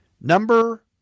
Number